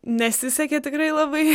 nesisekė tikrai labai